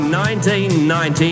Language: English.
1990